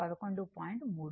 కాబట్టి 26 11